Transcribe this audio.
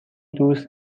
دوست